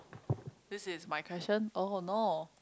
this is my question oh no